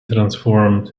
transformed